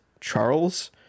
Charles